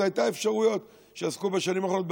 וזו הייתה אפשרות שעסקו בה בשנים האחרונות,